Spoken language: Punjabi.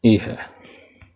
ਇਹ ਹੈ